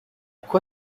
quoi